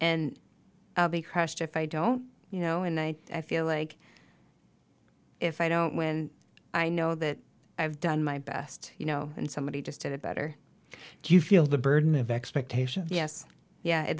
and be crushed if i don't you know and i feel like if i don't when i know that i've done my best you know and somebody just did it better do you feel the burden of expectation yes yeah